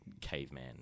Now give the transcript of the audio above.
caveman